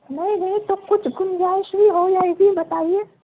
نہیں نہیں تب کچھ گنجائش بھی ہو جائے گی بتائیے